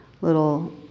little